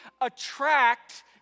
attract